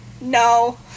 No